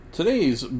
Today's